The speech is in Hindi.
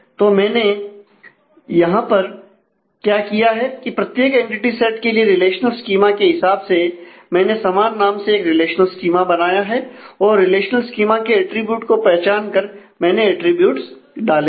तो मैंने यहां पर क्या किया है कि प्रत्येक एंटिटी सेट के लिए रिलेशनल स्कीमा के हिसाब से मैंने समान नाम से एक रिलेशनल स्कीमा बनाया है और रिलेशनल स्कीमा के अटरीब्यूट को पहचान कर मैंने अटरीब्यूट्स डाले हैं